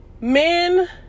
Men